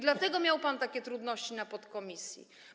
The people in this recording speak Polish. Dlatego miał pan takie trudności w podkomisji.